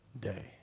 day